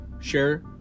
share